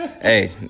Hey